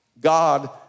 God